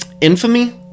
infamy